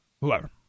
whoever